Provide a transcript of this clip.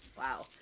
Wow